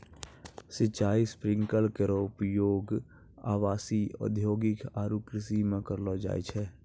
सिंचाई स्प्रिंकलर केरो उपयोग आवासीय, औद्योगिक आरु कृषि म करलो जाय छै